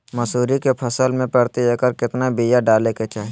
मसूरी के फसल में प्रति एकड़ केतना बिया डाले के चाही?